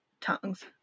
tongues